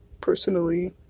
personally